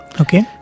Okay